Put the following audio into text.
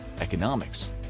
Economics